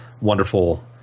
wonderful